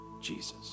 Jesus